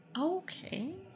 Okay